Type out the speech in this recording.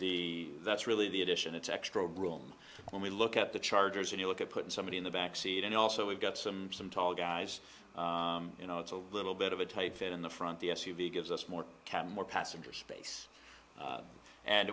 the that's really the addition it's extra room when we look at the chargers and you look at putting somebody in the back seat and also we've got some some tall guys you know it's a little bit of a tight fit in the front the s u v gives us more cap more passenger space